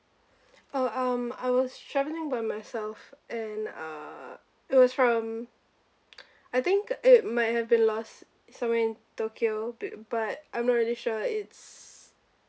oh um I was travelling by myself and uh it was from I think it might have been lost somewhere in tokyo bit but I'm not really sure it's